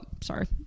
sorry